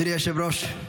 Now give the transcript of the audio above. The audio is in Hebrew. אדוני היושב-ראש,